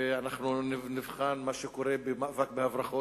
ואנחנו נבחן מה שקורה במאבק בהברחות.